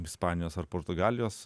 ispanijos ar portugalijos